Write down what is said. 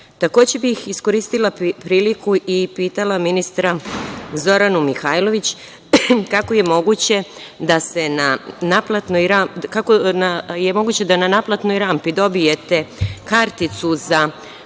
bih iskoristila priliku i pitala ministra Zoranu Mihajlović kako je moguće da na naplatnoj rampi dobijete karticu za